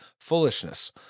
foolishness